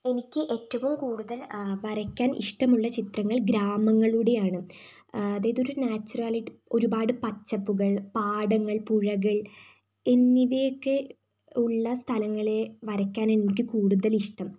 എനിക്ക് ഏറ്റവും കൂടുതൽ വരയ്ക്കാൻ ഇഷ്ടമുള്ള ചിത്രങ്ങൾ ഗ്രാമങ്ങളുടെയാണ് അതായതൊരു നാച്ചുറാലിറ്റി ഒരുപാട് പച്ചപ്പുകൾ പാടങ്ങൾ പുഴകൾ എന്നിവയൊക്കെ ഉള്ള സ്ഥലങ്ങളെ വരയ്ക്കാനാണ് എനിക്ക് കൂടുതൽ ഇഷ്ടം